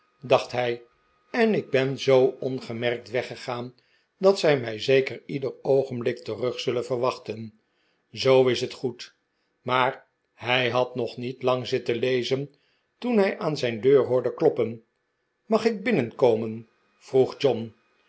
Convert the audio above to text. dacht hij en ik ben zoo ongemerkt weggegaan dat zij mij zeker ieder oogenblik terug zullen verwachten zoo is het goed maar hij had nog niet lang zitten lezen toen hij aan zijn deur hoorde kloppen mag ik binnenkomen vroeg john